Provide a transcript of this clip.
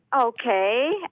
Okay